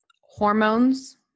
hormones